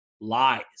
Lies